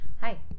hi